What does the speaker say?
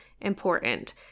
important